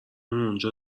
اونجا